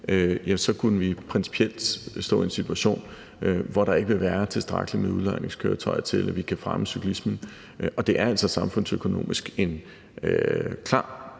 så kunne vi principielt stå i en situation, hvor der ikke vil være tilstrækkeligt med udlejningskøretøjer til, at vi kan fremme cyklismen. Og det er altså klart